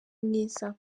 mwiza